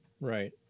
right